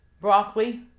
broccoli